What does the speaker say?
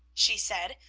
she said,